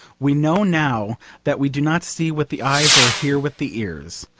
we know now that we do not see with the eyes or hear with the ears.